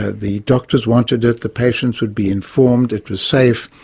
ah the doctors wanted it, the patients would be informed it was safe,